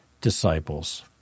disciples